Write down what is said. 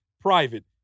private